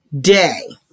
day